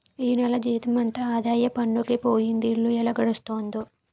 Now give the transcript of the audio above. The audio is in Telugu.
ఈ నెల జీతమంతా ఆదాయ పన్నుకే పోయింది ఇల్లు ఎలా గడుస్తుందో